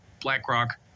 BlackRock